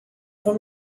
for